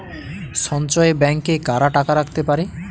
সঞ্চয় ব্যাংকে কারা টাকা রাখতে পারে?